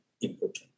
important